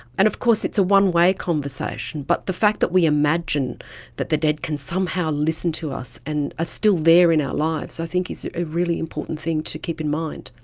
and of course it's a one-way conversation, but the fact that we imagine that the dead can somehow listen to us and are ah still there in our lives i think is a really important thing to keep in mind.